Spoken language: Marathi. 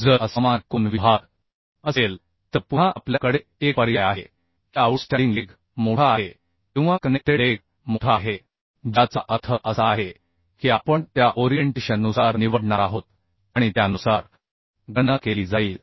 जर असमान कोन विभाग असेल तर पुन्हा आपल्या कडे एक पर्याय आहे की आऊटस्टँडिंग लेग मोठा आहे किंवा कनेक्टेड लेग मोठा आहे ज्याचा अर्थ असा आहे की आपण त्या ओरिएंटेशन नुसार निवडणार आहोत आणि त्यानुसार गणना केली जाईल